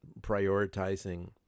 prioritizing